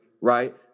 right